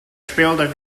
speelde